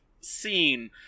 scene